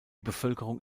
bevölkerung